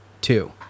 two